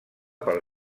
pel